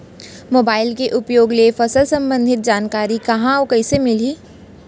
Mobile के उपयोग ले फसल सम्बन्धी जानकारी कहाँ अऊ कइसे मिलही?